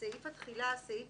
בסעיף התחילה, סעיף